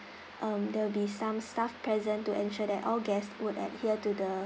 um there'll be some staff present to ensure that all guest would adhere to the